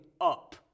up